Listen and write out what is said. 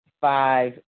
five